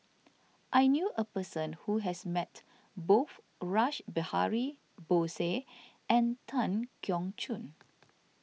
I knew a person who has met both Rash Behari Bose and Tan Keong Choon